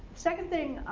second thing,